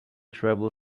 travel